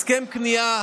הסכם כניעה,